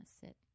sit